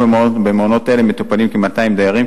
במעונות אלה מטופלים היום כ-200 דיירים,